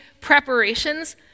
preparations